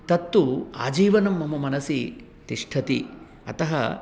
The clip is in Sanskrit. तत्तु आजीवनं मम मनसि तिष्ठति अतः